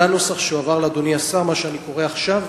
זה הנוסח שהועבר לאדוני השר, מה שאני קורא עכשיו?